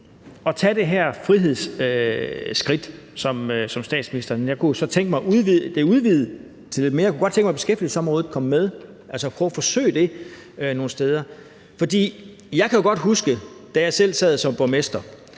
at tage det her frihedsskridt, som statsministeren gør, men jeg kunne så tænke mig det udvidet til noget mere, for jeg kunne godt tænke mig, at beskæftigelsesområdet kom med, altså at man forsøgte det nogle steder. Jeg kan godt huske, at vi, da jeg selv sad som borgmester,